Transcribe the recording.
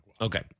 Okay